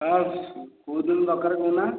ହଁ କୋଉ ଦିନ ଦରକାର କହୁନା